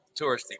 touristy